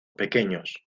pequeños